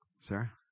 Sarah